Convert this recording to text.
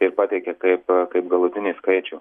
ir pateikia kaip kaip galutinį skaičių